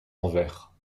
envers